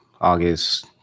August